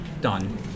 done